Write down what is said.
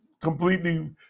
completely